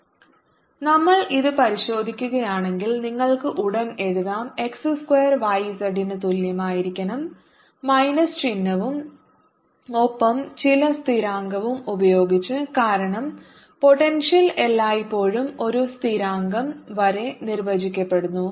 F2xyzix2zjx2yk ∂V∂xFx2xyz ∂V∂yFyx2z ∂V∂z Fzx2y നമ്മൾ ഇത് പരിശോധിക്കുകയാണെങ്കിൽ നിങ്ങൾക്ക് ഉടൻ എഴുതാം x സ്ക്വയർ y z ന് തുല്യമായിരിക്കണം മൈനസ് ചിഹ്നവും ഒപ്പം ചില സ്ഥിരാങ്കവും ഉപയോഗിച്ച് കാരണം പോട്ടെൻഷ്യൽ എല്ലായ്പ്പോഴും ഒരു സ്ഥിരാങ്കം വരെ നിർവചിക്കപ്പെടുന്നു